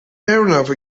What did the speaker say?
arnav